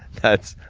that's,